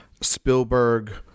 spielberg